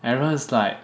everyone's like